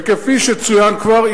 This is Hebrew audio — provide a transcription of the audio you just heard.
וכפי שצוין כבר,